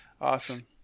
Awesome